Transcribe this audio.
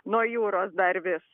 nuo jūros dar vis